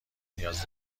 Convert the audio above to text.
نیاز